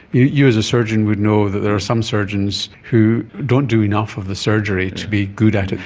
you you as a surgeon would know that there are some surgeons who don't do enough of the surgery to be good at it.